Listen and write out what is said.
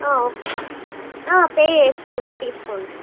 pay చేస్తా ఇదిగో తీసుకోండి